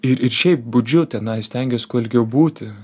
ir ir šiaip budžiu tenai stengiuos kuo ilgiau būti